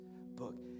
book